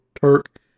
Turk